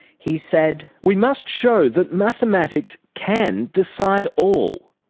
he said, we must show that mathematics can decide all.